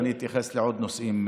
ואני אתייחס לעוד נושאים,